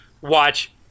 watch